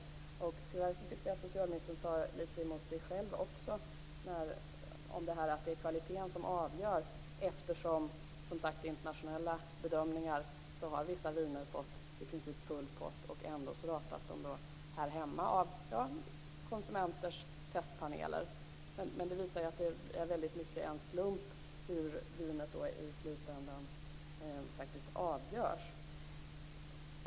Tyvärr tyckte jag att socialministern sade litet emot sig själv om det här med att det är kvaliteten som avgör. I internationella bedömningar har ju vissa viner fått i princip full pott, men ändå ratas de här hemma av konsumenters testpaneler. Det visar att det väldigt mycket är en slump hur det här med vinet i slutändan avgörs.